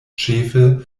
ĉefe